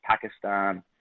Pakistan